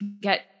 get